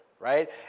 Right